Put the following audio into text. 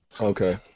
Okay